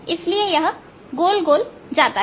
इसलिए यह गोल गोल जाता है